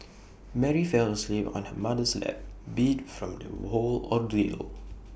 Mary fell asleep on her mother's lap beat from the whole ordeal